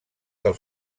del